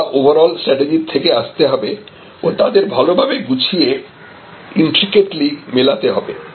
পুরোটা ওভারঅল স্ট্র্যাটেজির থেকে আসতে হবে ও তাদের ভালোভাবে গুছিয়ে ইন্ত্রিকেটলি মেলাতে হবে